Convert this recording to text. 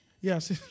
yes